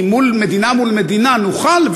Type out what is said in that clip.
כי מדינה מול מדינה נוכל,